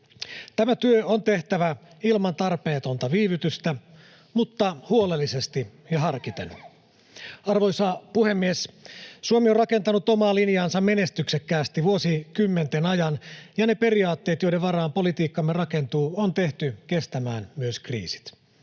Tämä työ on tehtävä ilman tarpeetonta viivytystä mutta huolellisesti ja harkiten. Arvoisa puhemies! Suomi on rakentanut omaa linjaansa menestyksekkäästi vuosikymmenten ajan, ja ne periaatteet, joiden varaan politiikkamme rakentuu, on tehty kestämään myös kriisit.